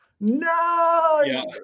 no